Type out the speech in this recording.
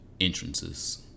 Entrances